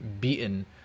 beaten